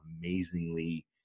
amazingly